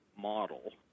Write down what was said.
model